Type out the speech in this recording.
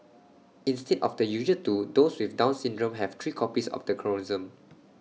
instead of the usual two those with down syndrome have three copies of the chromosome